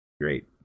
great